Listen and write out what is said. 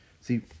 See